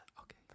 okay